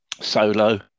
solo